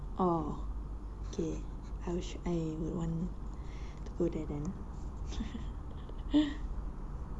oh K I sh~ I will want to go there then